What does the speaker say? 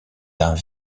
d’un